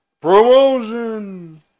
Promotion